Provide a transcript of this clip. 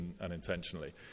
unintentionally